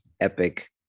epic